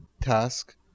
task